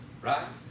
right